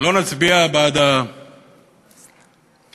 לכו עד הסוף ותוותרו על כל מה שמיותר,